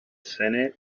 senate